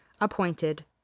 appointed